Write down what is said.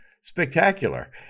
spectacular